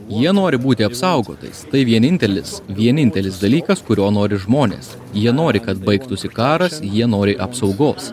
jie nori būti apsaugotais tai vienintelis vienintelis dalykas kurio nori žmonės jie nori kad baigtųsi karas jie nori apsaugos